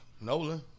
Nolan